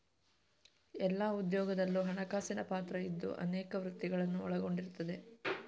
ಎಲ್ಲಾ ಉದ್ಯೋಗದಲ್ಲೂ ಹಣಕಾಸಿನ ಪಾತ್ರ ಇದ್ದು ಅನೇಕ ವೃತ್ತಿಗಳನ್ನ ಒಳಗೊಂಡಿರ್ತದೆ